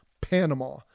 Panama